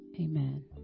amen